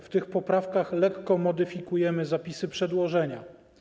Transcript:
W tych poprawkach lekko modyfikujemy zapisy przedłożenia.